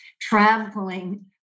traveling